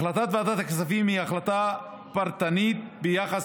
החלטת ועדת הכספים היא החלטה פרטנית ביחס